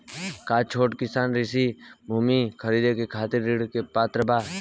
का छोट किसान कृषि भूमि खरीदे के खातिर ऋण के पात्र बा?